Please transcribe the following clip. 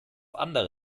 andere